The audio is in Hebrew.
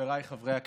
חבריי חברי הכנסת,